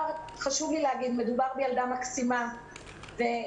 חשוב לי להגיד שמדובר בילדה מקסימה ונפלאה,